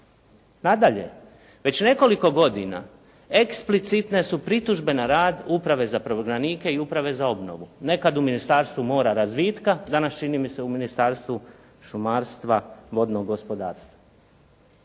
Nadalje, već nekoliko godina eksplicitne su pritužbe na rad Uprave za pravobranike i Uprave za obnovu. Nekad u Ministarstvu mora i razvitka, danas čini mi se u Ministarstvu šumarstvu i vodnog gospodarstva.